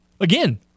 Again